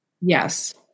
Yes